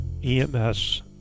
EMS